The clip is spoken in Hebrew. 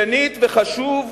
שנית, וחשוב מכך,